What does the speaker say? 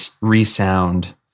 resound